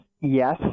Yes